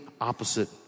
opposite